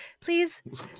please